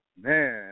man